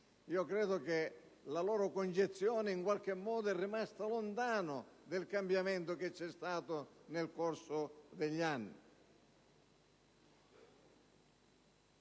Penso che la concezione in qualche modo sia rimasta lontana dal cambiamento che c'è stato nel corso degli anni.